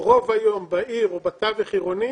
רוב היום בעיר או בתווך העירוני